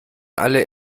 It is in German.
alle